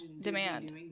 demand